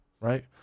right